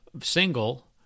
single